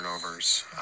turnovers